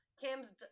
Kim's